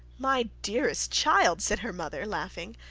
my dearest child, said her mother, laughing,